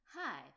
Hi